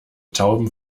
tauben